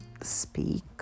Speak